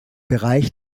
bereich